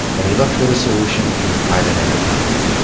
and he looked for the solution in private enterprise.